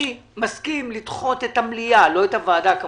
אני מסכים לדחות את המליאה, לא את הוועדה.